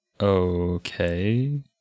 Okay